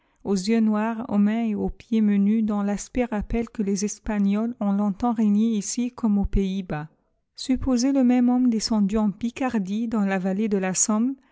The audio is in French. aux yeux noirs aux mains et aux pieds menus dont l'aspect rappelle que les espagnols ont longtemps régné ici comme aux pays-bas supposez le même homme descendu en picardie dans la vallée de la somme